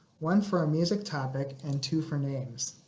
one for a music topic and two for names.